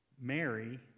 Mary